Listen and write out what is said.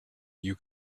you